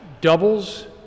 doubles